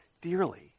dearly